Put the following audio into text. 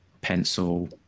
pencil